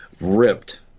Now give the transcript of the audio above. ripped